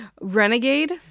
Renegade